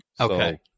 Okay